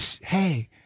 hey